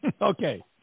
Okay